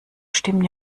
stimmen